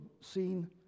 seen